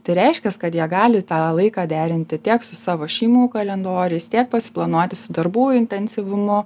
tai reiškias kad jie gali tą laiką derinti tiek su savo šeimų kalendoriais tiek pas planuoti su darbų intensyvumu